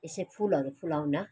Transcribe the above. यसै फुलहरू फुलाउन